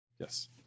Yes